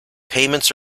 payments